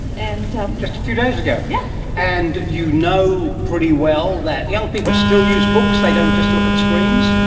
and um just a few days ago. yeah and you know pretty well that young people still use books, they don't just look at screens?